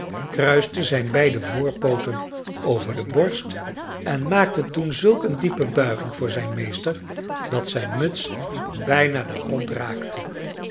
kruiste zijn beide voorpooten over de borst en maakte toen zulk een diepe buiging voor zijn meester dat zijn muts bijna den grond raakte